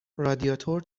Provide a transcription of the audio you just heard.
رادیاتور